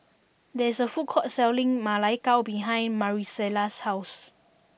there is a food court selling Ma Lai Gao behind Marisela's house